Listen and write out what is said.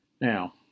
now